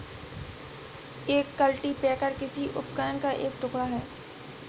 एक कल्टीपैकर कृषि उपकरण का एक टुकड़ा है